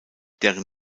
deren